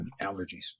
allergies